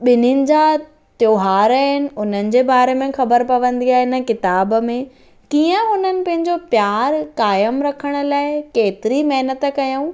ॿिन्हिनि जा त्योहार आहिनि उन्हनि जे बारे में ख़बरु पवंदी आहे इन किताब में कीअं हुननि पंहिंजो प्यारु क़ाइमु रखण लाइ केतरी महिनत कयूं